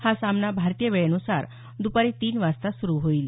हा सामना भारतीय वेळेनुसार दुपारी तीन वाजता सुरु होईल